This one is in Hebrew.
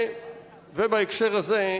ובהקשר הזה,